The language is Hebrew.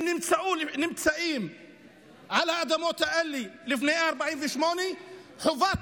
הם נמצאים על האדמות האלה מלפני 48'. חובת